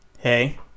Hey